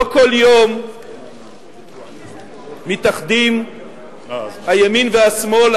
לא כל יום מתאחדים הימין והשמאל,